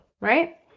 right